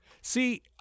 See